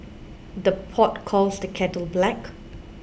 the pot calls the kettle black